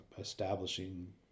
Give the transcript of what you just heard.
establishing